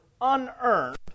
unearned